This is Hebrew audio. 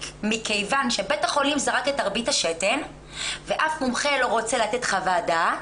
מכיוון שבית החולים זרק את תרבית השתן ואף מומחה לא רוצה לתת חוות דעת,